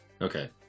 okay